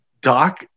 Doc